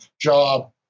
job